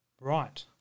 Right